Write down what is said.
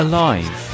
Alive